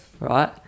right